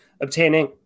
obtaining